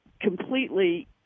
completely